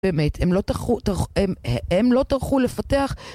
באמת, הם לא טרחו... טרח... המ... הם לא טרחו לפתח...